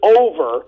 over